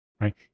right